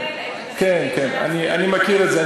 אני מכיר את זה.